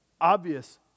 obvious